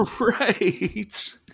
Right